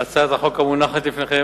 הצעת החוק המונחת לפניכם